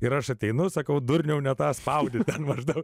ir aš ateinu sakau durniau nepaspaudėte maždaug